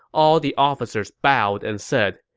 all the officers bowed and said,